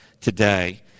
today